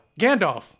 gandalf